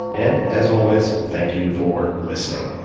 and as always, thank you for listening.